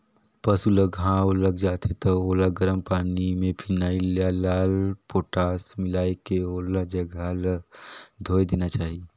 पसु ल घांव लग जाथे त ओला गरम पानी में फिनाइल या लाल पोटास मिलायके ओ जघा ल धोय देना चाही